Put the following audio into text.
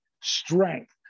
strength